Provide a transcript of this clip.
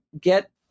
get